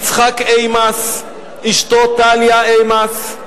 יצחק איימס, אשתו טליה איימס,